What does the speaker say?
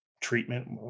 treatment